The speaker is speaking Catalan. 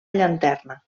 llanterna